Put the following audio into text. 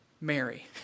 Mary